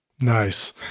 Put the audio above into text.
Nice